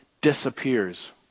disappears